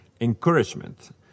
encouragement